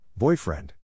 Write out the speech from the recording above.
Boyfriend